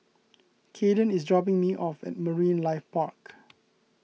Kaeden is dropping me off at Marine Life Park